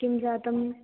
किं जातम्